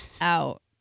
out